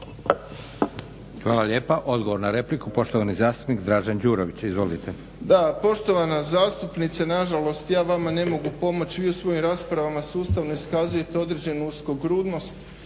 Hvala lijepa. Odgovor na repliku poštovani zastupnik Dražen Đurović, izvolite. **Đurović, Dražen (HDSSB)** Da, poštovana zastupnice na žalost ja vama ne mogu pomoći. Vi u svojim raspravama sustavno iskazujete određenu uskogrudnost